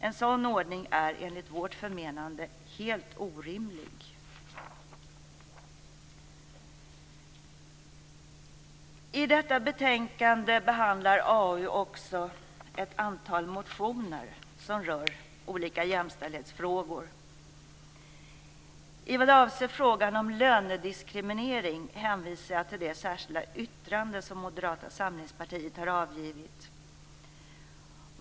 En sådan ordning är enligt vårt förmenande helt orimlig. I detta betänkande behandlar AU också ett antal motioner som rör olika jämställdhetsfrågor. I vad avser frågan om lönediskriminering hänvisar jag till det särskilda yttrande som Moderata samlingspartiet har avgivit.